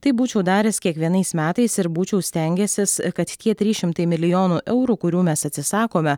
taip būčiau daręs kiekvienais metais ir būčiau stengęsis kad tie trys šimtai milijonų eurų kurių mes atsisakome